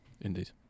Indeed